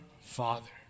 Father